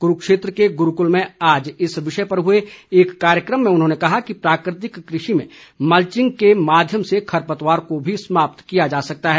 क्रूक्षेत्र के गुरूक्ल में आज इस विषय पर हुए एक कार्यक्रम में उन्होंने कहा कि प्राकृतिक कृषि में मल्चिंग के माध्यम से खरपतवार को भी समाप्त किया जा सकता है